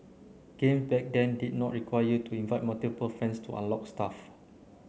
game back then did not require you to invite multiple friends to unlock stuff